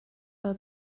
fel